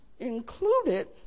Included